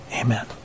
Amen